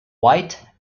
white